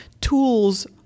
tools